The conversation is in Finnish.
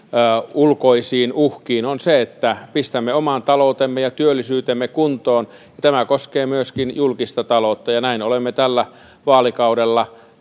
ulkoisiin uhkiin pistämme oman taloutemme ja työllisyytemme kuntoon tämä koskee myöskin julkista taloutta ja näin olemme tällä vaalikaudella